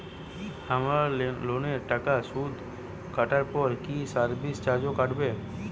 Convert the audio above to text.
আমার লোনের টাকার সুদ কাটারপর কি সার্ভিস চার্জও কাটবে?